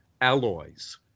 Alloys